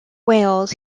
wales